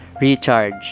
Recharge